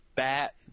Bat